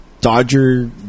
Dodger